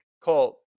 Colt